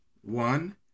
one